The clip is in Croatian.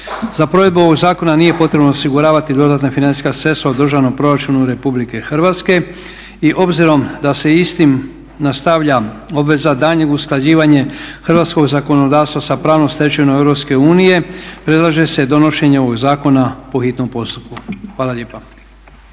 Za provedbu ovog zakona nije potrebno osiguravati dodatna financijska sredstva u državnom proračunu RH. I obzirom da se istim nastavlja obveza daljnjeg usklađivanja hrvatskog zakonodavstva s pravom stečevinom EU predlaže se donošenje ovog zakona po hitnom postupku. Hvala lijepa.